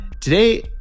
Today